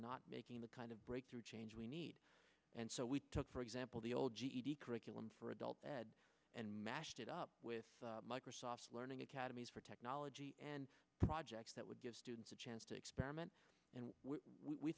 not making the kind of breakthrough change we need and so we took for example the old ged curriculum for adults and mashed it up with microsoft's learning academies for technology and projects that would give students a chance to experiment and we